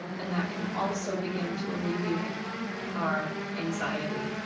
and that can also begin to alleviate our anxiety.